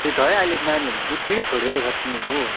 त्यही त है अहिलेको नानीहरू बुझ्नै छोड्यो साँच्चि नै हो